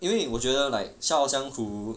因为我觉得 like 笑傲江湖